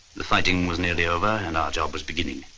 the fighting was nearly over and our job was beginning.